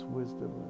wisdom